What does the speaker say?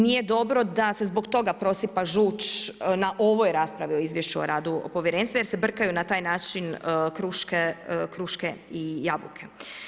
Nije dobro da se zbog toga prosipa žuč na ovoj raspravi o izvješću o radu povjerenstva, jer se brkaju na taj način kruške i jabuke.